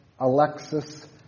Alexis